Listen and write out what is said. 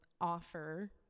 offer